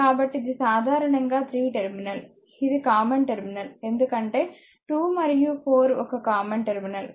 కాబట్టి ఇది సాధారణంగా 3 టెర్మినల్ఇది కామన్ టెర్మినల్ ఎందుకంటే 2 మరియు 4 ఒక కామన్ టెర్మినల్